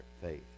faith